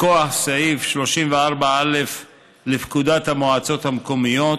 מכוח סעיף 34א לפקודת המועצות המקומיות